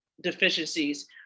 deficiencies